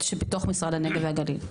משרד הנגב והגליל,